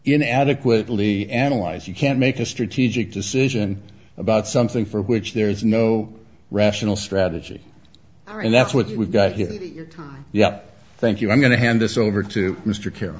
in adequately analyze you can't make a strategic decision about something for which there is no rational strategy and that's what we've got here yeah thank you i'm going to hand this over to